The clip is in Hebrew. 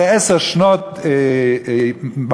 אחרי עשר שנות מעצר.